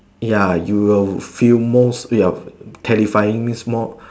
ya you will feel most to your terrifying small